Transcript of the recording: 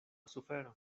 sufero